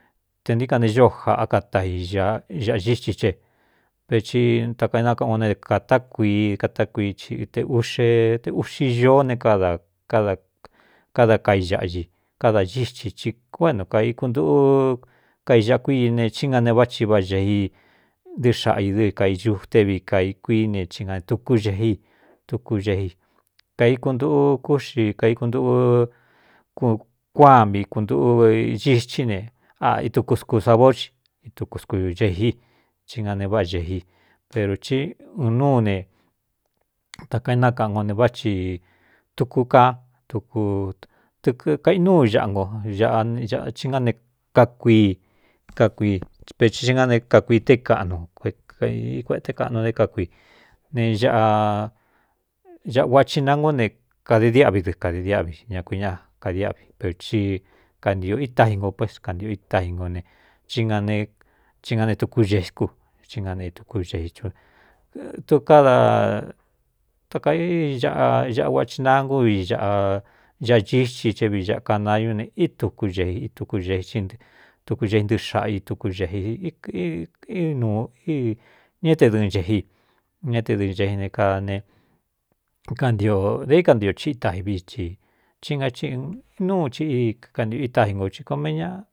Te ntí kan ne ñóo jaꞌá katai a aꞌa ñíti che veti takaénákaꞌan o ne kātá kuii katákui ite uꞌxe te uꞌxi ñoó ne kada kada kai ñaꞌa i káda ñítsi i kuéntu kaikuntuꞌu kaiñāꞌ kuiine cí nga ne váꞌchi váꞌa ñei ntɨꞌɨ xaꞌa idɨɨ kaiñu te vi kai kuíí ne i nae tukú eí tuku xeji kaikuntuꞌu kúxi kaikuntuꞌu kuá mikuntuꞌuithí ne aꞌa ituku sku sa báaó ci ituku sku cejí í na ne váꞌa xējí peru tí un núu ne takaaé nákaꞌan ko ne váꞌ chi tuku ka tkutɨɨkaꞌinúu ñaꞌa ngo á ne kakuii kakui veti nga ne kakuii té kaꞌnu kukaikuēꞌete kaꞌnu né kákui ne ꞌa āꞌa ua chi nangú ne kade diáꞌvi dɨkādi diáꞌvi ña kui ñáꞌa kadiáꞌvi per ci kantio itáji ngo pes kantio itáji ngo ne ci nga ne tukú cēi kú í na neitukú xei un tu kadataka aꞌa aꞌa ka ci nangú vi ꞌa ñaꞌa ñíxi thé vi āꞌkanañú ne í tuku xeꞌi ituku xēi í tuku xei ntɨꞌɨ xaꞌa i tuku xēꞌi nuu ña é te dɨɨn chēji ñá te dɨɨn chei ne kaane kantiō dā íkantio chii taji vi ci í nga i inúu ci íkantio itáji ngo ci ko me ña.